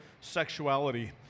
sexuality